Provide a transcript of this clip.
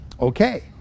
okay